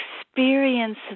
experience